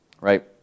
right